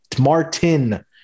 Martin